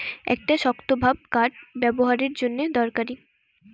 একটা শক্তভাব কাঠ ব্যাবোহারের জন্যে দরকারি